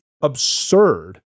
absurd